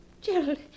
Gerald